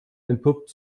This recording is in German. entpuppt